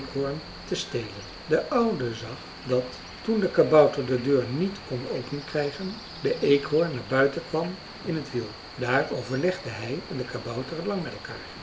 te stelen de oude zag dat toen de kabouter de deur niet kon openkrijgen de eekhoorn naar buiten kwam in het wiel daar overlegden hij en de kabouter lang met elkaar